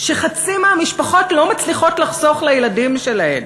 שחצי מהמשפחות לא מצליחות לחסוך לילדים שלהן,